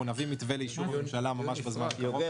נביא מתווה לאישור הממשלה ממש בזמן הקרוב.